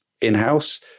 in-house